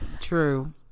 True